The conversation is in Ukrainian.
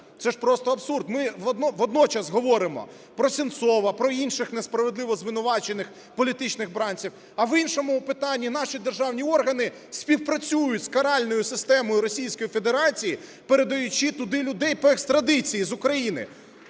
це ж просто абсурд! Ми водночас говоримо про Сенцова, про інших несправедливо звинувачених політичних бранців, а в іншому питаннях наші державні органи співпрацюють з каральною системою Російської Федерації, передаючи туди людей по екстрадиції з України!